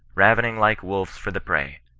ravening like wolves for the prey,